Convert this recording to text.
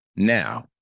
Now